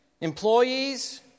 employees